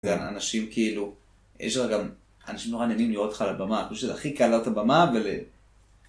אנשים כאילו, יש לך גם אנשים נורא נהנים לראות אותך על הבמה, אנחנו חושבים שזה הכי קל על הבמה ול...